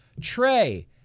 Trey